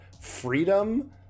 freedom